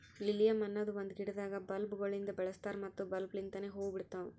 lilium ಅನದ್ ಒಂದು ಗಿಡದಾಗ್ ಬಲ್ಬ್ ಗೊಳಿಂದ್ ಬೆಳಸ್ತಾರ್ ಮತ್ತ ಬಲ್ಬ್ ಲಿಂತನೆ ಹೂವು ಬಿಡ್ತಾವ್